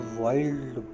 wild